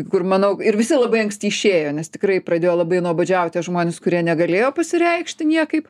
kur manau ir visi labai anksti išėjo nes tikrai pradėjo labai nuobodžiaut tie žmonės kurie negalėjo pasireikšti niekaip